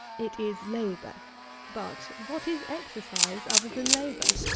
it is labour but, what is exercise other than labour?